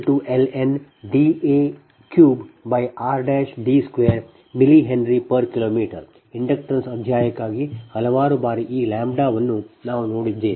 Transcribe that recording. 2ln Dn3rD2 mHKm inductance ಅಧ್ಯಾಯಕ್ಕಾಗಿ ಹಲವಾರು ಬಾರಿ ಈ ಲ್ಯಾಂಬ್ಡಾವನ್ನು ನಾನು ನೋಡಿದ್ದೇನೆ